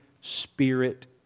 spirit